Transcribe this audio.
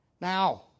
Now